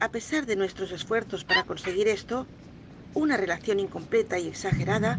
a r de nuestros esfuerzos p a r a conseguir esto una relación incompleta y exag e r a d a